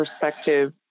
perspective